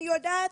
אני יודעת,